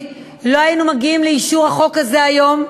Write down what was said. לא היינו מגיעים לאישור החוק הזה היום,